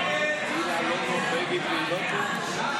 הסתייגות 30 לא נתקבלה.